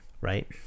Right